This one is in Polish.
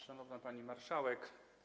Szanowna Panie Marszałek!